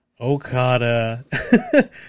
Okada